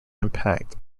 impact